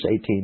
18